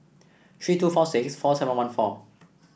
three two four six four seven one four